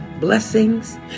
blessings